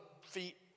feet